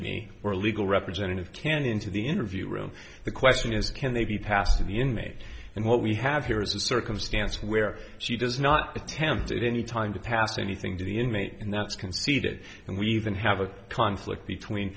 me or legal representative can into the interview room the question is can they be passed to the inmate and what we have here is a circumstance where she does not attempt at any time to pass anything to the inmate and that's conceded and we even have a conflict between